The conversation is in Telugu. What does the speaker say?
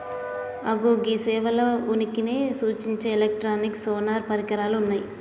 అగో గీ సేపల ఉనికిని సూచించే ఎలక్ట్రానిక్ సోనార్ పరికరాలు ఉన్నయ్యి